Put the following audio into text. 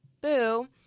Boo